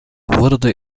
wurde